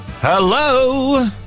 Hello